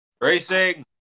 Racing